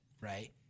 Right